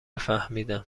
فهمیدم